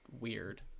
weird